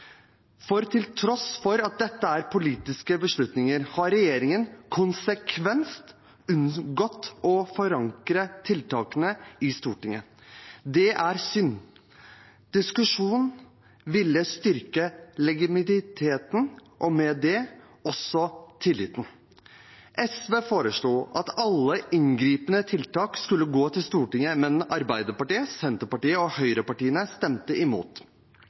Til tross for at dette er politiske beslutninger, har regjeringen konsekvent unngått å forankre tiltakene i Stortinget. Det er synd. Diskusjon ville styrket legitimiteten og med det også tilliten. SV foreslo at alle inngripende tiltak skulle gå til Stortinget, men Arbeiderpartiet, Senterpartiet og høyrepartiene stemte imot.